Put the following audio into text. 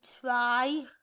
try